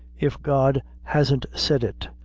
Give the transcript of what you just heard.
if god hasn't said it,